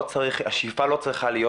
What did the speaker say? השאיפה לא צריכה להיות,